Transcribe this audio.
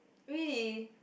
really